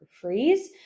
freeze